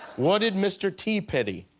what did mr. t pity?